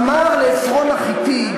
אמר לעפרון החתי: